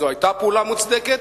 זאת היתה פעולה מוצדקת,